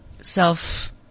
Self